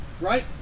Right